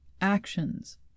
actions